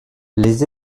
les